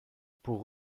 pour